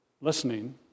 listening